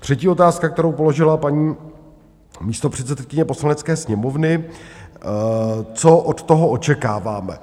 Třetí otázka, kterou položila paní místopředsedkyně Poslanecké sněmovny co od toho očekáváme.